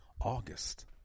August